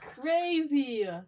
crazy